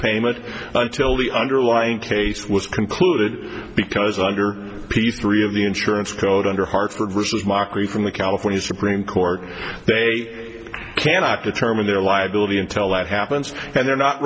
payment until the underlying case was concluded because under piece three of the insurance code under hartford vs mockery from the california supreme court they cannot determine their liability intel that happens and they're not